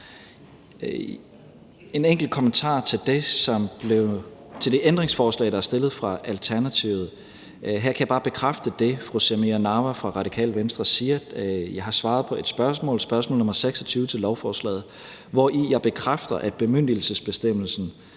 en enkelt kommentar til det ændringsforslag, der er stillet af Alternativet. Her kan jeg bare bekræfte det, fru Samira Nawa fra Radikale Venstre siger. Jeg har svaret på et spørgsmål, spørgsmål nr. 26 til lovforslaget, hvori jeg bekræfter, at bemyndigelsesbestemmelsen